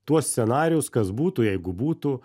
tuos scenarijus kas būtų jeigu būtų